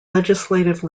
legislative